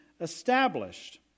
established